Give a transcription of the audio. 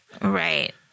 Right